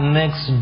next